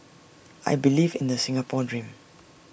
I believe in the Singapore dream